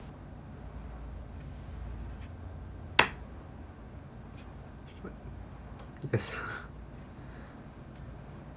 yes